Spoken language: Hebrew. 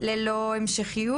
ללא המשכיות.